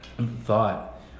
thought